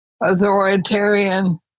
authoritarian